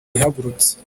ihagurutse